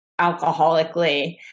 alcoholically